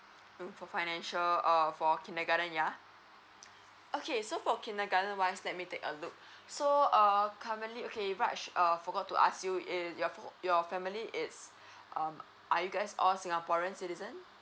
mm for financial err for kindergarten ya okay so for kindergarten wise let me take a look so err currently okay raj err forgot to ask you is your fork your family is uh are you guys all singaporeans citizen